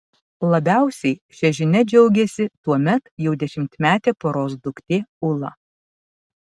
labiausiai šia žinia džiaugėsi tuomet jau dešimtmetė poros duktė ula